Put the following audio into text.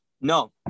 No